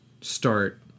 start